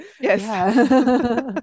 yes